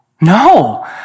No